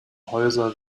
häuser